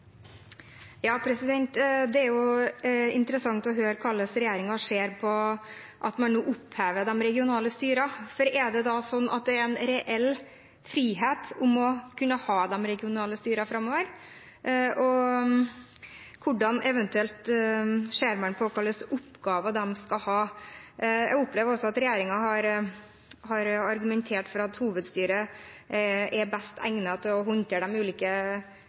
er interessant å høre hvordan regjeringen ser på at man nå opphever de regionale styrene. Er det sånn at det er en reell frihet til å kunne ha de regionale styrene framover? Hvordan ser man eventuelt på hvilke oppgaver de skal ha? Jeg opplever også at regjeringen har argumentert for at hovedstyret er best egnet til å håndtere de ulike